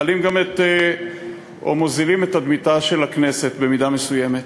מכלים או מוזילים גם את תדמיתה של הכנסת במידה מסוימת,